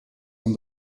man